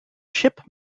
ship